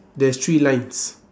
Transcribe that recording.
there's three lines